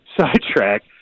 sidetrack